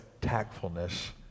tactfulness